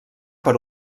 per